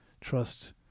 trust